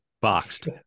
Boxed